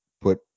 put